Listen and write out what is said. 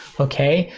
okay?